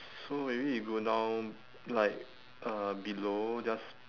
so maybe we go down like uh below just